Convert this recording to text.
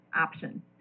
option